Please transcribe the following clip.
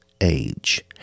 age